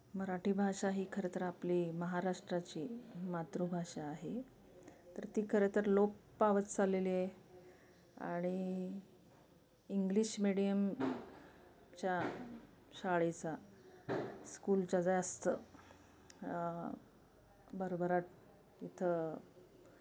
मराठी भाषा ही खरं तर आपली महाराष्ट्राची मातृभाषा आहे तर ती खरं तर लोप पावत चाललेली आहे आणि इंग्लिश मिडियमच्या शाळेचा स्कूलच्या जास्त भरभराट इथं